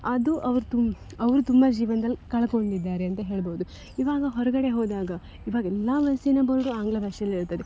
ಅದು ಅವ್ರು ತುಂ ಅವರು ತುಂಬ ಜೀವನ್ದಲ್ಲಿ ಕಳಕೊಂಡಿದ್ದಾರೆ ಅಂತ ಹೇಳ್ಬೌದು ಇವಾಗ ಹೊರಗಡೆ ಹೋದಾಗ ಇವಾಗ ಎಲ್ಲ ಬಸ್ಸಿನ ಬೋರ್ಡು ಆಂಗ್ಲ ಭಾಷೆಯಲ್ಲಿರುತ್ತದೆ